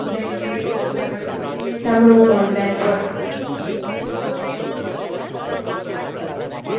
નહીં હું નહીં કશું તમારું કશું નહીં સાંભળું હું ઓનલાઇન પણ આ વિચાર નાખીશ કે તમે ખોટો ઓડર આપો છો